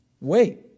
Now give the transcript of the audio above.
Wait